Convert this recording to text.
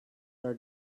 are